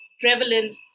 prevalent